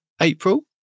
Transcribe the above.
April